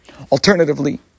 Alternatively